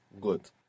Good